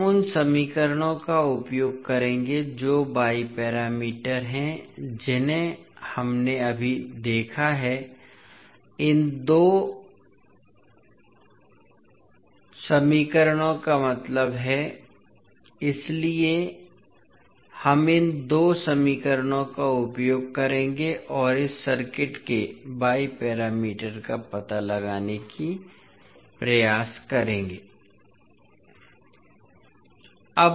हम उन समीकरणों का उपयोग करेंगे जो y पैरामीटर हैं जिन्हें हमने अभी देखा है इन दो इन दो समीकरणों का मतलब है इसलिए हम इन दो समीकरणों का उपयोग करेंगे और इस सर्किट के y पैरामीटर का पता लगाने का प्रयास करेंगे